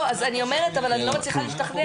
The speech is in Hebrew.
אני אומרת שאני לא מצליחה להשתכנע.